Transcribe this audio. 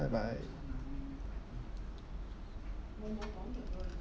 bye bye